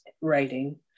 writing